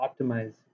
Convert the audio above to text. optimize